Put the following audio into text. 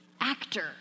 actor